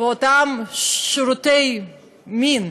ואותם שירותי מין